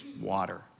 water